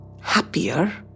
happier